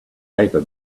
paper